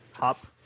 Hop